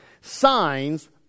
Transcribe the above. Signs